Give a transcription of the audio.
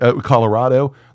Colorado